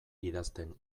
idazten